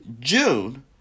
June